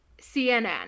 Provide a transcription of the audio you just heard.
CNN